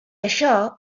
això